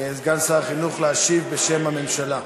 סגן שר החינוך, להשיב בשם הממשלה.